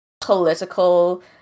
political